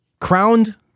crowned